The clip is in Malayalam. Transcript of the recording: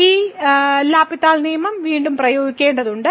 എൽ ഹോസ്പിറ്റലിന്റെ നിയമം വീണ്ടും പ്രയോഗിക്കേണ്ടതുണ്ട്